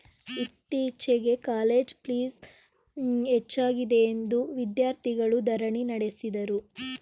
ಇತ್ತೀಚೆಗೆ ಕಾಲೇಜ್ ಪ್ಲೀಸ್ ಹೆಚ್ಚಾಗಿದೆಯೆಂದು ವಿದ್ಯಾರ್ಥಿಗಳು ಧರಣಿ ನಡೆಸಿದರು